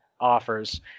offers